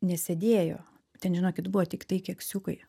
nesėdėjo ten žinokit buvo tiktai keksiukai